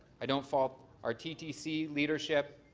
i don't fault our ttc leadership,